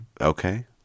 Okay